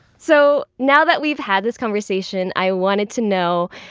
so now that we've had this conversation, i wanted to know,